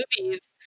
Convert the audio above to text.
movies